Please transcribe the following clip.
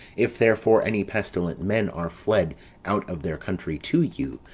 if, therefore, any pestilent men are fled out of their country to you,